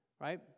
Right